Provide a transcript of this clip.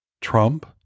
Trump